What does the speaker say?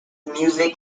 music